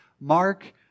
Mark